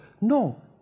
No